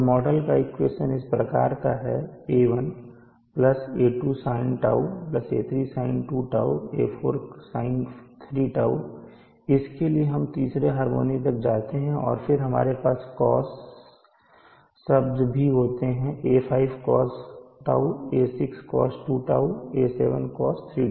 तो मॉडल का इक्वेशन इस प्रकार का है A1 A2sinτ A3sin2τ A4sin3τ इसलिए हम तीसरे हार्मोनिक तक जाते हैं और फिर हमारे पास कॉस शब्द भी होते हैं A5 cosτ A6 cos2τ A7 cos3τ